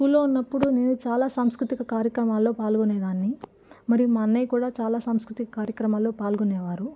స్కూల్లో ఉన్నప్పుడు నేను చాలా సంస్కృతిక కార్యక్రమాల్లో పాల్గొనేదాన్ని మరియు మా అన్నయ్య కూడా చాలా సంస్కృతిక కార్యక్రమాల్లో పాల్గొనేవారు